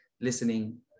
listening